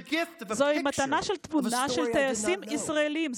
המתנה היא תמונה של טייסים ישראלים,